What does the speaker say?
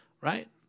right